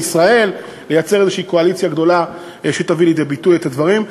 לייצר איזו קואליציה שתביא לידי ביטוי את הדברים.